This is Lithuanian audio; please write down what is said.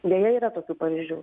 deja yra tokių pavyzdžių